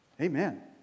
Amen